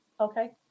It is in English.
Okay